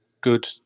good